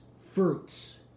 fruits